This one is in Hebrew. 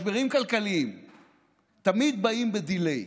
משברים כלכליים תמיד באים ב-delay: